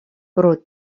pro